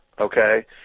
okay